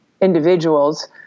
individuals